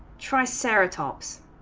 triceratops